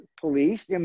police